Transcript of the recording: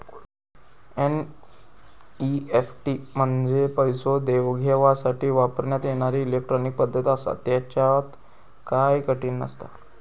NEFT म्हंजे पैसो देवघेवसाठी वापरण्यात येणारी इलेट्रॉनिक पद्धत आसा, त्येच्यात काय कठीण नसता